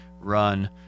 run